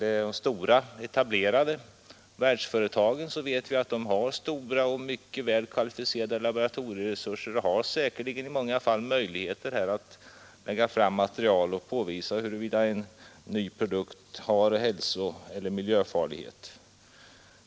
Är det etablerade världsföretag, vet vi att de har stora och mycket väl kvalificerade laboratorieresurser — och i många fall säkerligen möjligheter att lägga fram material för att påvisa huruvida en ny produkt har hälsoeller miljöfarlighet.